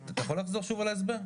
אתה יכול לחזור שוב על ההסבר?